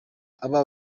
aba